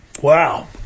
Wow